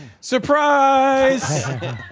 surprise